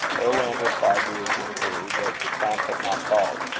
irwan replied to his inquiry, that the count had not called.